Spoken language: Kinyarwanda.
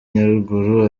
nyaruguru